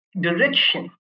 direction